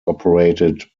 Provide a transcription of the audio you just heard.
operated